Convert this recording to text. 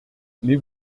mais